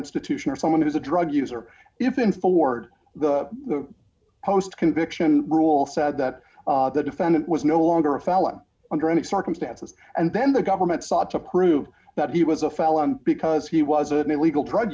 institution or someone who is a drug user if in ford the post conviction rule said that the defendant was no longer a felon under any circumstances and then the government sought to prove that he was a felon because he was an illegal drug